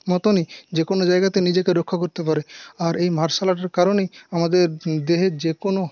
মতোনই যে কোনো জায়গাতে নিজেকে রক্ষা করতে পারে আর এই মার্শাল আর্টের কারণেই আমাদের দেহের যে কোনো